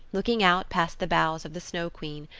looking out past the boughs of the snow queen,